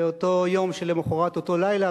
באותו יום שלמחרת אותו לילה,